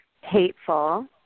hateful